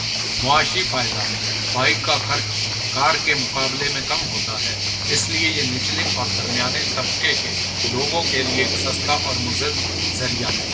معاشی فائدہ بائک کا خرچ کار کے مقابلے میں کم ہوتا ہے اس لیے یہ نچلے اور درمیان طبقے کے لوگوں کے لیے ایک سستا اور مضر ذریعہ ہے